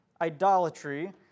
idolatry